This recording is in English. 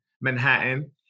Manhattan